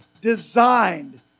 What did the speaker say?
designed